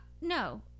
no